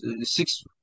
six